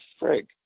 frig